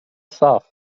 صاف